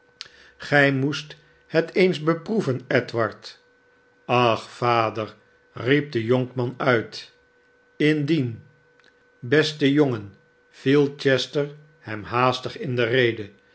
gij moest het eens beproeven edward ach vader riep de jonkman uit indien beste jongen viel chester hem haastig in de rede